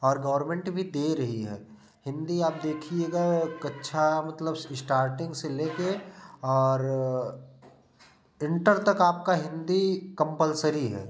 और गवर्नमेंट भी दे रही है हिंदी आप देखिएगा कक्षा मतलब स स्टार्टिंग से लेकर और इंटर तक आपका हिंदी कंपलसरी है